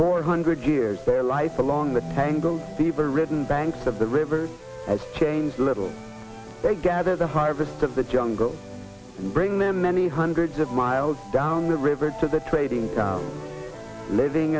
four hundred years their life along the tangled deeper ridden banks of the river has changed little they gather the heart of the jungle bring them many hundreds of miles down the river to the trading living